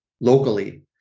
locally